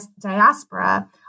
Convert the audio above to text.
diaspora